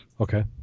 Okay